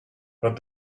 but